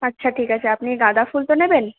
আচ্ছা ঠিক আছে আপনি গাঁদাফুল তো নেবেন